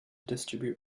distribute